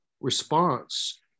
response